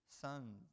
sons